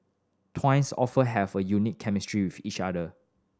often have a unique chemistry with each other